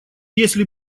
если